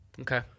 Okay